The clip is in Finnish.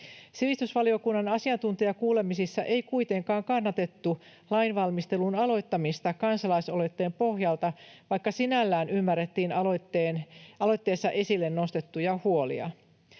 Sivistysvaliokunnan asiantuntijakuulemisissa ei kuitenkaan kannatettu lainvalmistelun aloittamista kansalaisaloitteen pohjalta, vaikka sinällään ymmärrettiin aloitteessa esille nostettuja huolia.